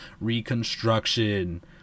reconstruction